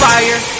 Fire